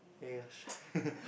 ya ya